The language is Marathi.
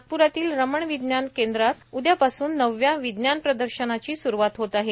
नागप्रातील रमन विज्ञान केंद्रात उद्यापासून नवव्या विज्ञान प्रदर्शनाची सुरूवात होत आहे